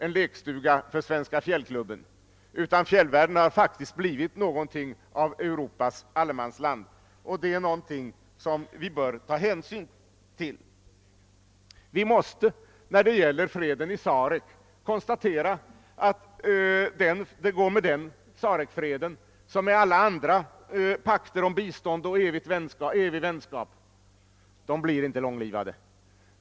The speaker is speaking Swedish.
Om man i ett sådant fall lägger upp kalkylen så att vinsten blir mycket ringa eller ingen alls, får vägbygget inte rum i beräkningen. Det hela skall ju ge vinst. Läggs kalkylen däremot upp så att resultatet blir en mycket hög vinst, kan vägbygget mycket väl inrymmas i detta resultat. Frågan gäller alltså även i detta sammanhang hur beräkningarna skall göras.